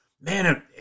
man